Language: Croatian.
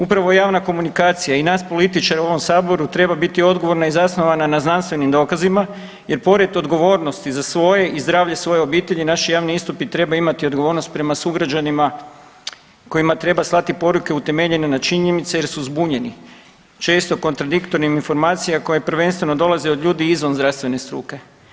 Upravo javna komunikacija i nas političara u ovom Saboru treba biti odgovorna i zasnovana na znanstvenim dokazima jer pored odgovornosti za svoje i zdravlje svoje obitelji naši javni istupi trebaju imati odgovornost prema sugrađanima kojima treba slati poruke utemeljene na činjenicama jer su zbunjeni često kontradiktornim informacijama koje prvenstveno dolaze od ljudi izvan zdravstvene struke.